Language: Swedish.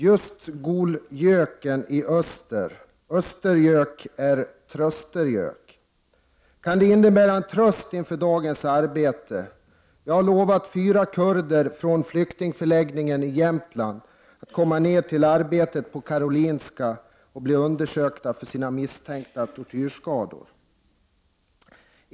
Just gol göken i öster — östergök är tröstergök — kan det innebära en tröst inför dagens arbete? Jag har lovat fyra kurder från flyktingförläggningen i Jämtland att komma ned till arbetet på Karolinska och bli undersökta för sina misstänkta tortyrskador.